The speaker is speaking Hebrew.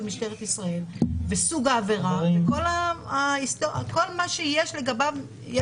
משטרת ישראל וסוג העבירה כל מה שיש לגביו,